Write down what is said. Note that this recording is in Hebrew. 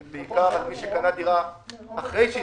בגלל שתום 18 חודשים לא נכלל בתקופה שהיתה.